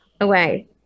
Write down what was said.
away